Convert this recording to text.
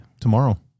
tomorrow